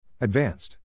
Advanced